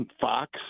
fox